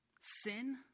sin